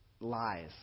lies